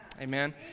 Amen